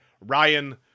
Ryan